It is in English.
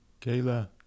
Kayla